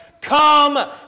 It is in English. come